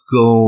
go